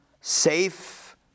safe